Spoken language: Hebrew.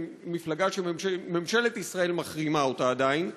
מפלגה שממשלת ישראל מחרימה אותה עדיין,